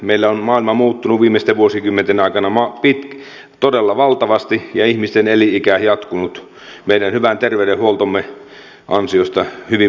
meillä on maailma muuttunut viimeisten vuosikymmenten aikana todella valtavasti ja ihmisten elinikä jatkunut meidän hyvän terveydenhuoltomme ansiosta hyvin merkittävästi